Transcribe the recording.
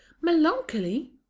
Melancholy